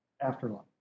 afterlife